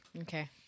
okay